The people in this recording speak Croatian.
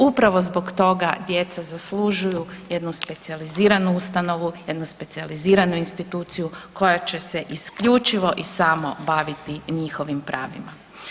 Upravo zbog toga djeca zaslužuju jednu specijaliziranu ustanovu, jednu specijaliziranu instituciju koja će se isključivo i samo baviti njihovim pravima.